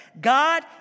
God